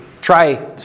try